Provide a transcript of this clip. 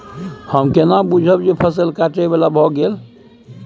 हम केना बुझब जे फसल काटय बला भ गेल?